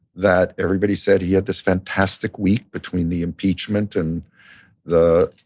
that everybody said he had this fantastic week, between the impeachment and the